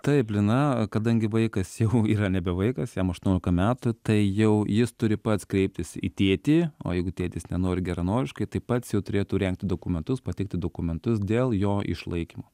taip lina kadangi vaikas jau yra nebe vaikas jam aštuoniolika metų tai jau jis turi pats kreiptis į tėtį o jeigu tėtis nenori geranoriškai tai pats jau turėtų rengti dokumentus pateikti dokumentus dėl jo išlaikymo